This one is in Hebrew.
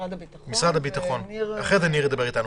ממשרד הביטחון, בבקשה.